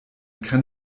kann